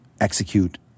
execute